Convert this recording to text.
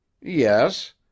Yes